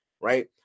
right